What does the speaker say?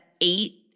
eight